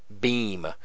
beam